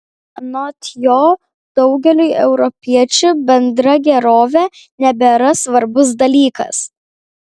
anot jo daugeliui europiečių bendra gerovė nebėra svarbus dalykas